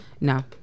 no